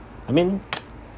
I mean